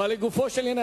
לגופו של עניין,